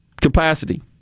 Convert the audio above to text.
capacity